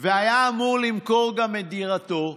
והיה אמור למכור גם את דירתו,